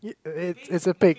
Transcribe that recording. it it's a pig